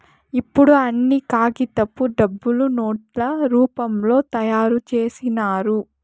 ఇప్పుడు అన్ని కాగితపు డబ్బులు నోట్ల రూపంలో తయారు చేసినారు